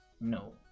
No